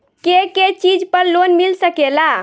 के के चीज पर लोन मिल सकेला?